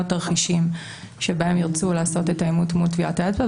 תרחישים שבהם ירצו לעשות את האימות מול טביעת האצבע,